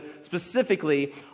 specifically